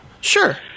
Sure